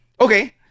Okay